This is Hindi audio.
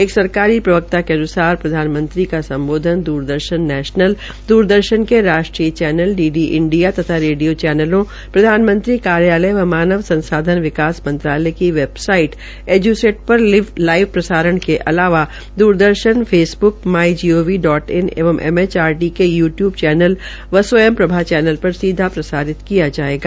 एक सरकारी प्रवक्ता के अन्सार प्रधानमंत्री का सम्बोधन द्रदर्शन नैशनल द्रदर्शन के राष्ट्रीय चैनल डी डी इंडिया तथा रेडियों चैनलों प्रधानमंत्री कार्यालय व मानव संसाधन विकास मंत्रालय की वेबसाइट एजूसेट पर लाइव प्रसारण की अलावा Doordarshan Facebook my gov dot in एंवं एम एचआरडी के के यू यटूब चैन व स्वयं प्रभा चैनल पर सीधा प्रसारण किया जायेगा